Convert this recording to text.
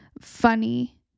funny